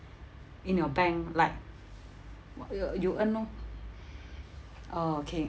in your bank like wh~ you you earn orh oh okay